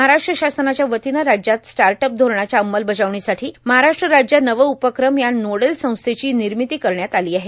महाराष्ट्र शासनाच्यावतीनं राज्यात स्टाटअप धोरणाच्या अंमलबजावणीसाठो महाराष्ट्र राज्य नवउपक्रम या नोडल संस्थेची र्नामती करण्यात आलां आहे